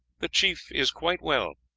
the chief is quite well.